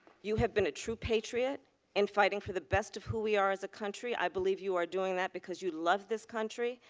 you have been a true patriot in fighting for the best of who we are as a country. i believe you are doing that because you love this country.